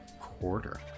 quarter